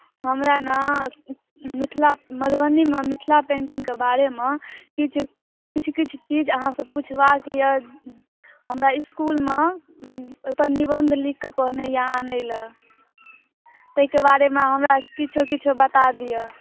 हमरा ने मिथिला मधुबनीमे मिथिला पेन्टिंगके बारेमे किछु किछु किछु चीज अहाँसँ पूछबाक यए हमरा इस्कुलमे ओहिपर निबन्ध लिखि कऽ कहने यए आनयले ताहिके बारेमे हमरा किछो किछो बता दिअ